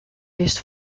wist